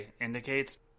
indicates